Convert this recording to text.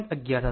11 હશે